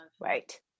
Right